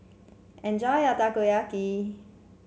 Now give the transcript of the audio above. enjoy your Takoyaki